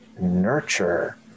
nurture